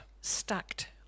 stacked